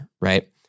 right